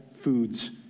foods